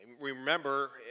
Remember